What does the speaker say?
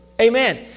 Amen